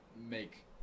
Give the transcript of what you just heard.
make